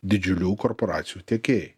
didžiulių korporacijų tiekėjai